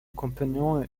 compagnon